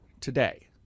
today